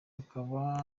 hakaba